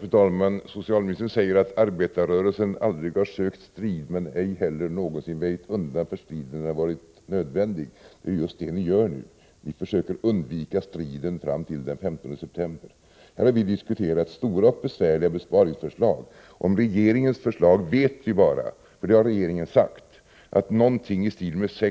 Fru talman! Socialministern säger att arbetarrörelsen aldrig har sökt strid men ej heller någonsin väjt undan för striden när den varit nödvändig. Det är just det som ni gör nu. Ni försöker undvika striden fram till den 15 september. Vi har här diskuterat stora och besvärliga besparingsförslag. Om regeringens förslag vet vi bara — för det har regeringen uttalat — att man måste förstärka budgeten med någonting